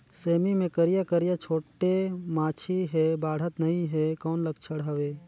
सेमी मे करिया करिया छोटे माछी हे बाढ़त नहीं हे कौन लक्षण हवय?